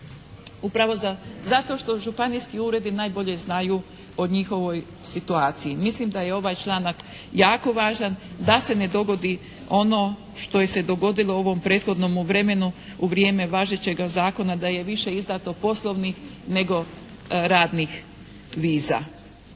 Upravo zato što županijski ured najbolje znaju o njihovoj situaciji. Mislim da je ovaj članak jako važan da se ne dogodi ono što se je dogodilo u ovom prethodnomu vremenu, u vrijeme važećega zakona da je više izdato poslovnih nego radnih viza.